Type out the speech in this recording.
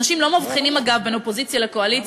אנשים לא מבחינים, אגב, בין אופוזיציה לקואליציה.